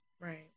Right